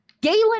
Galen